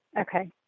Okay